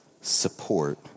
support